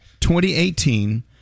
2018